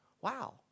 Wow